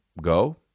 go